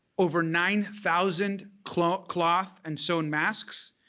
over nine thousand cloth cloth and sewn masks,